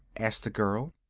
asked the girl.